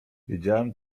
wiedziałem